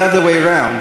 the other way round.